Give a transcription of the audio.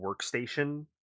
workstation